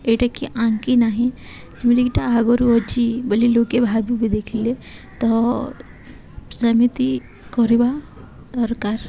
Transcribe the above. ଏଇଟା କି ଆଙ୍କି ନାହିଁ ଯେମିତିକି ଟା ଆଗରୁ ଅଛି ବୋଲି ଲୋକେ ଭାବିବେ ଦେଖିଲେ ତ ସେମିତି କରିବା ଦରକାର